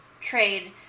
trade